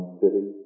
city